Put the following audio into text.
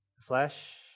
flesh